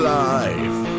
life